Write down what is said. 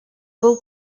был